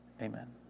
Amen